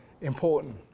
important